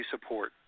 support